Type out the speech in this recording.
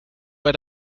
bei